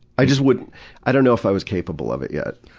i just wouldn't i don't know if i was capable of it yet.